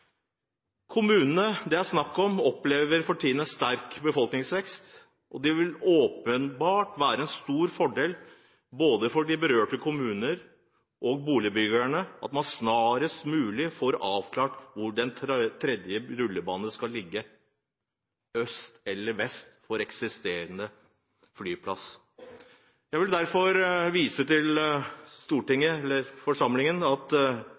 Kommunene det er snakk om, opplever for tiden en sterk befolkningsvekst. Det vil åpenbart være en stor fordel for både de berørte kommuner og boligbyggerne at man snarest mulig får avklart hvor den tredje rullebanen skal ligge – øst eller vest for eksisterende flyplass. Jeg vil derfor overfor forsamlingen vise til at